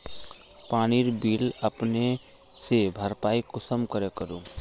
पानीर बिल अपने से भरपाई कुंसम करे करूम?